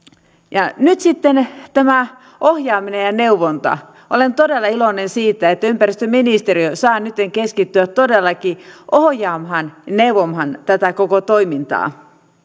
nyt sitten tämä ohjaaminen ja neuvonta olen todella iloinen siitä että ympäristöministeriö saa nytten keskittyä todellakin ohjaamaan ja neuvomaan tätä koko toimintaa